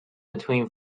between